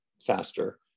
faster